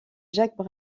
jacques